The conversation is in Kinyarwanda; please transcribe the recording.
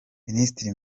minisitiri